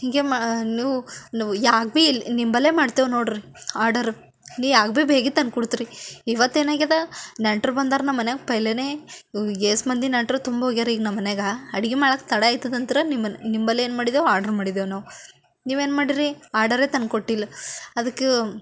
ಹೀಗೆ ಮಾ ನೀವು ನೀವು ಯಾವಾಗ್ ಭೀ ಇಲ್ಲಿ ನಿಂಬಲ್ಲೇ ಮಾಡ್ತೇವೆ ನೋಡ್ರಿ ಆಡರು ನೀ ಯಾವಾಗ್ ಭೀ ಬೇಗ ತಂದ್ಕೊಡ್ತೀರಿ ಇವತ್ತು ಏನಾಗಿದೆ ನೆಂಟರು ಬಂದಾರ ನಮ್ಮ ಮನೆಯಾಗ ಪೆಹ್ಲೆನೆ ಎಷ್ಟ್ ಮಂದಿ ನೆಂಟರು ತುಂಬಿ ಹೋಗ್ಯಾರ ಈಗ ನಮ್ಮ ಮನೆಗಾ ಅಡ್ಗೆ ಮಾಡಾಕ ತಡ ಆಯ್ತದ ಅಂತ್ರ ನಿಮ್ಮನ್ನ ನಿಂಬಳಿ ಏನು ಮಾಡಿದೆವು ಆರ್ಡ್ರ್ ಮಾಡಿದೆವು ನಾವು ನೀವೇನು ಮಾಡೀರಿ ಆಡರೆ ತಂದ್ಕೊಟ್ಟಿಲ್ಲ ಅದಕ್ಕ